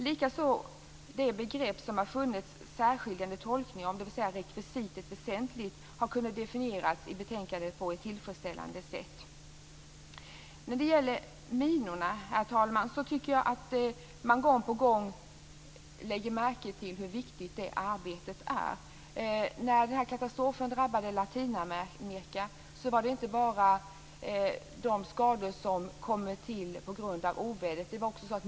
Likaså har det begrepp som det har funnits särskiljande tolkning av, dvs. rekvisitet, väsentligen kunnat definieras på ett tillfredsställande sätt i betänkandet. När det gäller minorna, herr talman, tycker jag att man gång på gång lägger märke till hur viktigt det är att arbeta med den frågan. När katastrofen drabbade Latinamerika kom det inte enbart till skador på grund av ovädret.